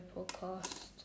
podcast